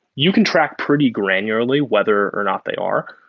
you can track pretty granularly weather or not they are,